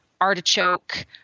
artichoke